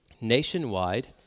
nationwide